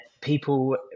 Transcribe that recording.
people